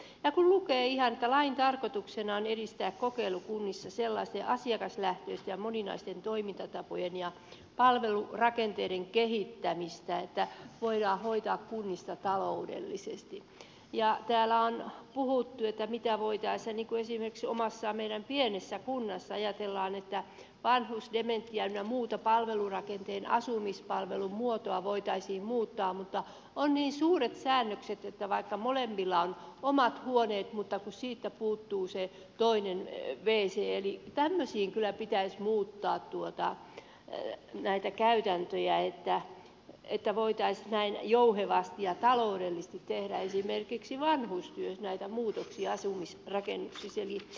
kun lukee ihan että lain tarkoituksena on edistää kokeilukunnissa sellaisten asiakaslähtöisten ja moninaisten toimintatapojen ja palvelurakenteiden kehittämistä että voidaan hoitaa kunnissa taloudellisesti ja täällä on puhuttu mitä voitaisiin niin kuin esimerkiksi omassa meidän pienessä kunnassa ajatellaan että vanhus dementia ynnä muuta palvelurakenteen asumispalvelun muotoa voitaisiin muuttaa mutta on niin suuret säännökset että vaikka molemmilla on omat huoneet siitä puuttuu se toinen wc niin tämmöisiin kyllä pitäisi muuttaa näitä käytäntöjä että voitaisiin näin jouhevasti ja taloudellisesti tehdä esimerkiksi vanhustyössä näitä muutoksia asumisrakennuksissa